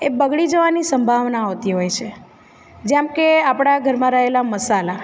એ બગડી જવાની સંભાવના હોતી હોય છે જેમ કે આપણા ઘરમાં રહેલા મસાલા